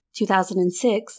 2006